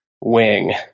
wing